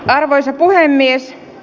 arvoisa puhemies